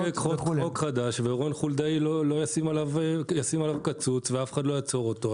אז נחוקק חוק חדש ורון חולדאי ישים עליו קצוץ ואף אחד לא יעצור אותו.